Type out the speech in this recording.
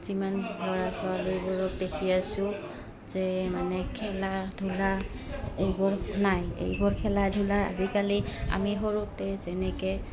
যিমান ল'ৰা ছোৱালীবোৰক দেখি আছোঁ যে মানে খেলা ধূলা এইবোৰ নাই এইবোৰ খেলা ধূলা আজিকালি আমি সৰুতে যেনেকৈ